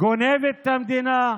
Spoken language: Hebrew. גונבת את המדינה,